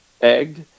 egged